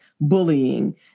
bullying